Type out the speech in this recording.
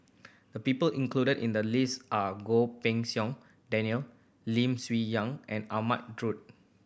the people included in the list are Goh Pei Siong Daniel Lim Swee young and Ahmad Daud